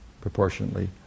proportionately